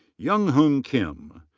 younghoon kim.